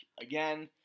again